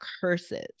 curses